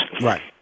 Right